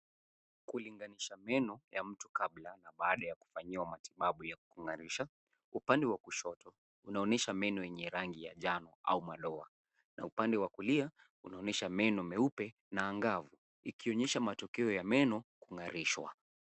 Kulinganisha meno ya mtu kabla na baada ya kufanyiwa matibabu ya kung'arisha. Upande wa kushoto unaonyesha meno yenye rangi ya jano au madoa na upande wa kulia unaonyesha meno meupe na angavu ikionyesha tukio ya meno kung'arishwa.